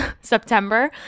September